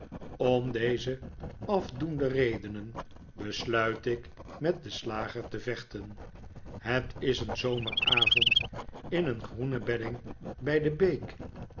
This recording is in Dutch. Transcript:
om deze afdoende redenen besluit ik met den slager te vechten het is een zomeravond in een groene bedding bij den hoek